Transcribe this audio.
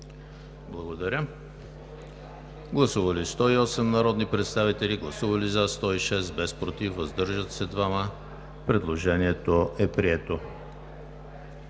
Благодаря.